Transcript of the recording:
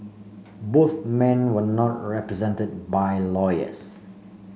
both men were not represented by lawyers